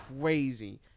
crazy